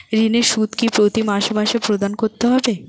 ঋণের সুদ কি প্রতি মাসে মাসে প্রদান করতে হবে?